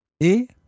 et